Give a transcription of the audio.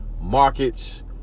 markets